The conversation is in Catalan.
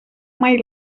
mai